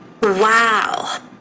Wow